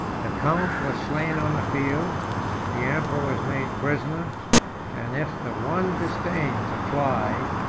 the count was slain on the field the emperor was made prisoner and if the one disdained to fly,